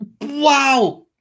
wow